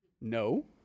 No